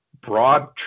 broad